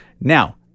Now